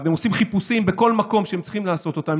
והם עושים חיפושים בכל מקום שהם צריכים לעשות אותם,